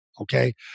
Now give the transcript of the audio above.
okay